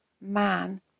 man